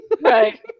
Right